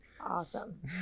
Awesome